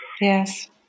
Yes